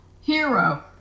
hero